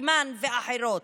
תימן ואחרות,